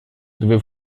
dove